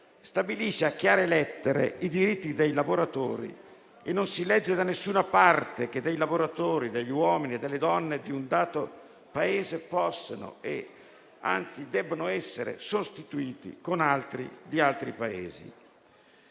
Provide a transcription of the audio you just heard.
stabilisce a chiare lettere i diritti dei lavoratori e non si legge da nessuna parte che dei lavoratori, uomini e donne di un dato Paese, possano e anzi debbano essere sostituiti con altri di